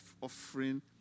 offering